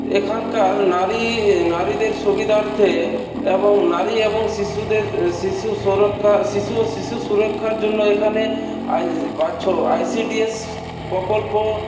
এখানকার নারী নারীদের সুবিধার্থে এবং নারী এবং শিশুদের শিশুসুরক্ষা শিশু ও শিশু সুরক্ষার জন্য এখানে আইসিডিএস প্রকল্প